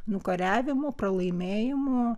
nukariavimo pralaimėjimo